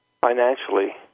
financially